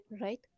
right